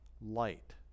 light